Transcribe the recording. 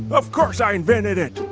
of course i invented it.